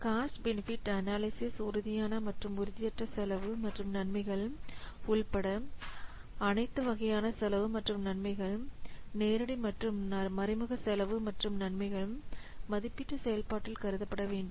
cost benefit அனலைசிஸ்ல் உறுதியான மற்றும் உறுதியற்ற செலவு மற்றும் நன்மைகள் உட்பட அனைத்து வகையான செலவு மற்றும் நன்மைகள் நேரடி மற்றும் மறைமுக செலவு மற்றும் நன்மைகள் மதிப்பீட்டு செயல்பாட்டில் கருதப்பட வேண்டும்